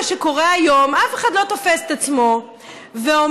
שקורה היום אף אחד לא תופס את עצמו ואומר: